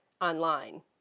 online